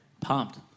Pumped